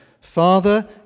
Father